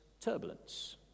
turbulence